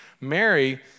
Mary